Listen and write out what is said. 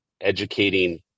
educating